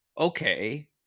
Okay